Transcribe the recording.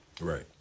Right